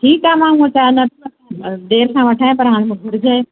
ठीकु आहे न पहुचाए देरि सां वठे पर हाणे मूंखे घुरिज आहे